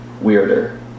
weirder